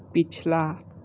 पिछला